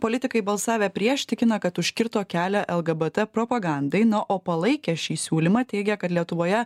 politikai balsavę prieš tikina kad užkirto kelią lgbt propagandai na o palaikę šį siūlymą teigė kad lietuvoje